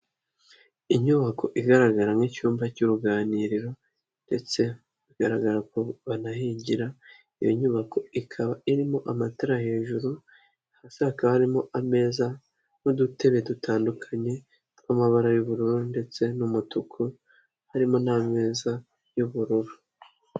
Inyubako igaragara nk'icyumba cy'uruganiriro ndetse bigaragara ko banahigira, iyo nyubako ikaba irimo amatara hejuru hasi hakaba harimo ameza n'udutebe dutandukanye tw'amabara y'ubururu ndetse n'umutuku, harimo n'ameza y'ubururu.